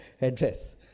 address